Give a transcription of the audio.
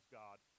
god